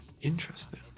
Interesting